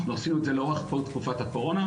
אנחנו עשינו את זה לאורך כל תקופת הקורונה,